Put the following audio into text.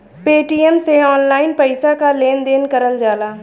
Paytm से online पइसा क लेन देन करल जाला